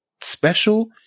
special